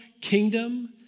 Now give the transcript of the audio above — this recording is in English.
kingdom